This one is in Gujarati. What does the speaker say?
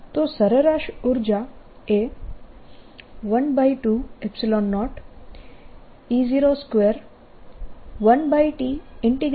તો સરેરાશ ઉર્જા એ 120E021T0Tsin2k